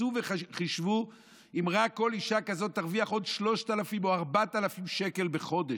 צאו וחשבו אם כל אישה כזאת תרוויח רק עוד 3,000 או 4,000 שקל בחודש,